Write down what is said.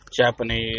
Japanese